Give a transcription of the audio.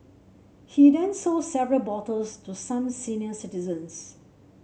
he then sold several bottles to some senior citizens